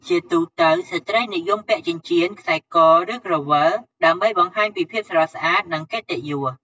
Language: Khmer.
ជាទូទៅ ស្ត្រីនិយមពាក់ចិញ្ចៀន ខ្សែក ឬ ក្រវិល ដើម្បីបង្ហាញពីភាពស្រស់ស្អាត និងកិត្តិយស។